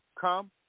come